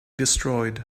destroyed